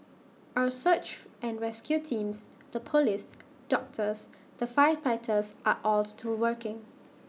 our search and rescue teams the Police doctors the firefighters are all still working